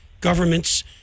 governments